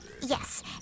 yes